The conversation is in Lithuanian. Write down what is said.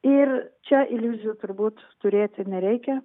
ir čia iliuzijų turbūt turėti nereikia